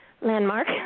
landmark